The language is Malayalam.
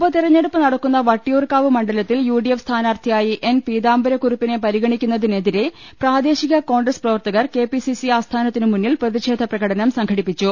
ഉപതെരഞ്ഞെടുപ്പ് നടക്കുന്ന വട്ടിയൂർക്കാവ് മണ്ഡലത്തിൽ യു ഡി എഫ് സ്ഥാനാർത്ഥിയായി എൻ പീതാംബരകുറുപ്പിനെ പരിഗണിക്കുന്നതിനെതിരെ പ്രദേശിക കോൺഗ്രസ് പ്രവർത്തകർ കെ പി സി സി ആസ്ഥാനത്തിനു മുന്നിൽ പ്രതിഷേധ പ്രകടനം സംഘടിപ്പിച്ചു